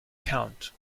count